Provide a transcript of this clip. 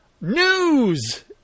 News